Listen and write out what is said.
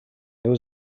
there